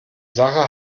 sache